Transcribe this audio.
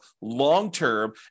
long-term